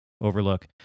overlook